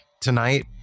tonight